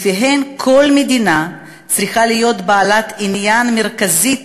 שלפיהן כל מדינה צריכה להיות בעלת עניין מרכזית